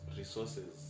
resources